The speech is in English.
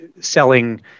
selling